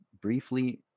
briefly